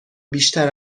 بیشتر